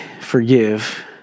forgive